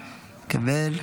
הרצאנו.